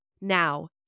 Now